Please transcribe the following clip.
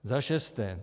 Za šesté.